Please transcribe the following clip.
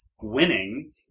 winning